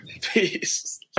Peace